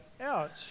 ouch